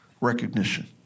recognition